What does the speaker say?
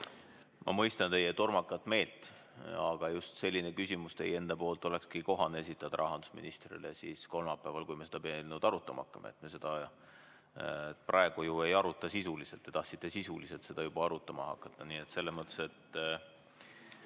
Ma mõistan teie tormakat meelt, aga just selline küsimus teie enda poolt olekski kohane esitada rahandusministrile kolmapäeval, kui me seda eelnõu arutama hakkame. Me seda praegu ju ei aruta sisuliselt. Te tahtsite sisuliselt seda juba arutama hakata,